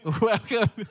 welcome